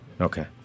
Okay